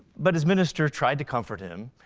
but his minister tried to comfort him.